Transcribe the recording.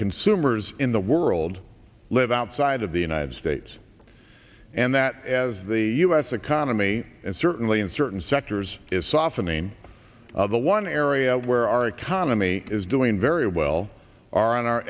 consumers in the world live outside of the united states and that as the u s economy and certainly in certain sectors is softening of the one area where our economy is doing very well are on our